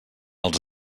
els